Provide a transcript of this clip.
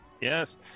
Yes